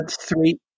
three